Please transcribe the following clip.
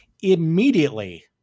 Immediately